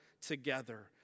together